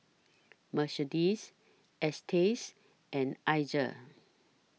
Mercedes Estes and Iza